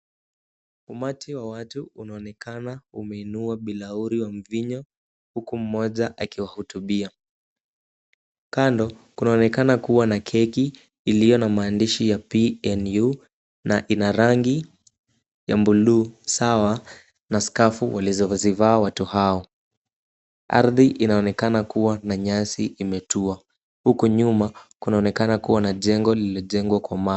Umati wa watu unaonekana kuinua bilauri ya mvinyo huku mmoja akiwahutubia. Kando kunaonekana kuwa na keki iliyo na maandishi ya PNU na ina rangi ya buluu sawa na skafu walizozivaa watu hao. Ardhi inaonekana kuwa na nyasi imetuwa. Huku nyuma kunaonekana kuwa na jengo lililojengwa kwa mawe.